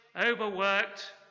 overworked